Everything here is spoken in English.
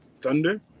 Thunder